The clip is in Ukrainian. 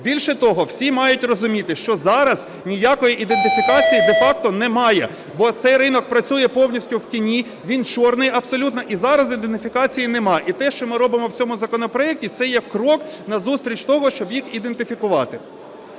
Більше того, всі мають розуміти, що зараз ніякої ідентифікації де-факто немає, бо цей ринок працює повністю в тіні, він "чорний" абсолютно, і зараз ідентифікації нема. І те, що ми робимо в цьому законопроекті, – це є крок назустріч того, щоб їх ідентифікувати.